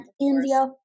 India